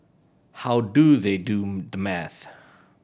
how do they do the maths